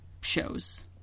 shows